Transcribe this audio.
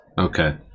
Okay